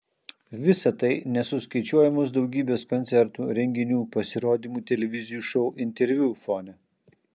visa tai nesuskaičiuojamos daugybės koncertų renginių pasirodymų televizijų šou interviu fone